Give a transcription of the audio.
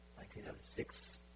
1906